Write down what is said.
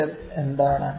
5 എന്താണ്